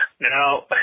Now